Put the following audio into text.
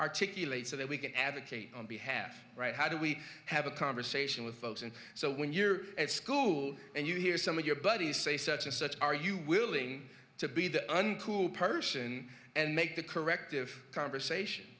articulate so that we can advocate on behalf to we have a conversation with folks and so when you're at school and you hear some of your buddies say such and such are you willing to be the uncool person and make the corrective conversation